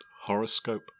Horoscope